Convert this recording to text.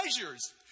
treasures